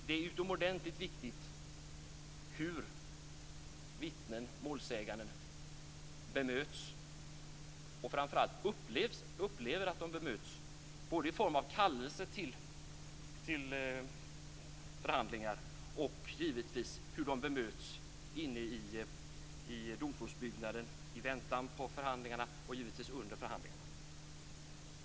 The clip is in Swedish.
Det är utomordentligt viktigt hur vittnen och målsäganden bemöts och framför allt hur de upplever att de bemöts både när de kallas till förhandlingar och hur de bemöts i domstolsbyggnaden i väntan på förhandlingarna liksom givetvis under förhandlingarna.